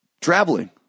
traveling